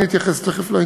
ואני תכף אתייחס לעניין.